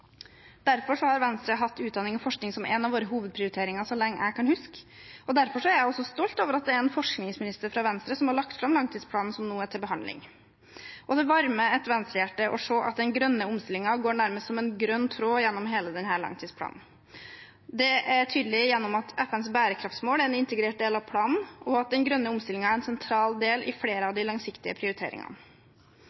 Derfor har Venstre hatt utdanning og forskning som en av sine hovedprioriteringer så lenge jeg kan huske, og derfor er jeg stolt over at det er en forskningsminister fra Venstre som har lagt fram langtidsplanen som nå er til behandling. Det varmer et Venstre-hjerte å se at den grønne omstillingen går nærmest som en grønn tråd gjennom hele denne langtidsplanen. Det er tydelig gjennom at FNs bærekraftsmål er en integrert del av planen, og at den grønne omstillingen er en sentral del av flere av